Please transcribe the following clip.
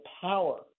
power